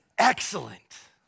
Excellent